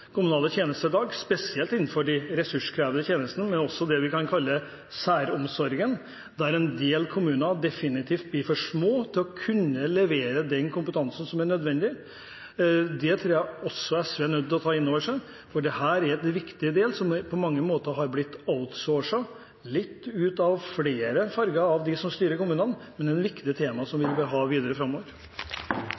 kommunale tjenester i dag, spesielt innenfor de ressurskrevende tjenestene, men også innenfor det vi kan kalle særomsorgen, der en del kommuner definitivt blir for små for å kunne levere den kompetansen som er nødvendig. Det tror jeg også SV er nødt til å ta inn over seg. For dette er en viktig del som på mange måter har blitt «outsourcet» litt, av flere farger av dem som styrer kommunene, men er et viktig tema